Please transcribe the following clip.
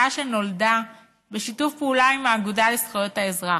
הצעה שנולדה בשיתוף פעולה עם האגודה לזכויות האזרח.